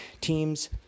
teams